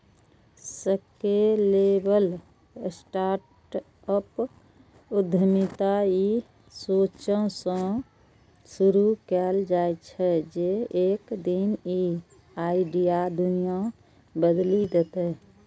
scalable startup उद्यमिता ई सोचसं शुरू कैल जाइ छै, जे एक दिन ई आइडिया दुनिया बदलि देतै